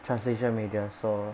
translation major so